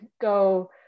go